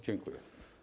Dziękuję.